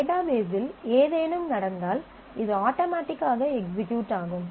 டேட்டாபேஸில் ஏதேனும் நடந்தால் இது ஆட்டோமடிக்காக எக்சிகியூட் ஆகும்